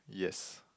yes